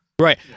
Right